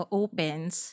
opens